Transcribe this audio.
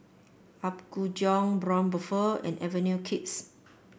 Apgujeong Braun Buffel and Avenue Kids